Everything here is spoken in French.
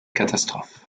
catastrophe